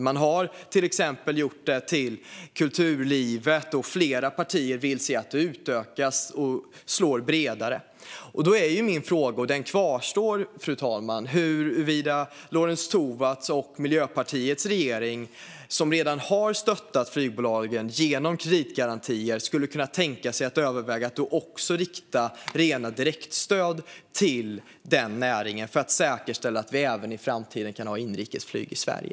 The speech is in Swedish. Man har gett stöd till exempelvis kulturlivet, och flera partier vill se att detta utökas och når ut bredare. Min fråga kvarstår, fru talman, om huruvida Lorentz Tovatts och Miljöpartiets regering, som redan har stöttat flygbolagen genom kreditgarantier, skulle kunna tänka sig att överväga att också rikta rena direktstöd till denna näring för att säkerställa att vi även i framtiden kan ha inrikesflyg i Sverige.